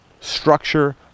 structure